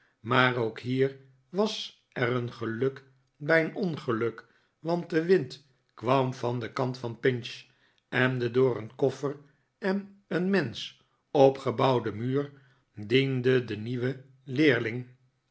maar obk hier was er een geluk bij een ongeluk want de wind kwam van den kant van pinch en de door een koffer en een mensch opgebouwde muur diende den nieuwen leerling